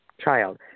child